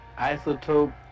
isotope